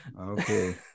Okay